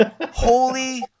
Holy